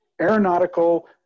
Aeronautical